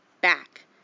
back